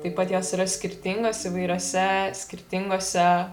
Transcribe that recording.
taip pat jos yra skirtingos įvairiose skirtingose